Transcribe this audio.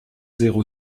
zéro